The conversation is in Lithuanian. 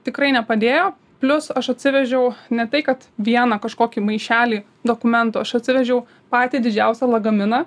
tikrai nepadėjo plius aš atsivežiau ne tai kad vieną kažkokį maišelį dokumentų aš atsivežiau patį didžiausią lagaminą